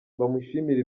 bamushimira